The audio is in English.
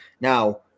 now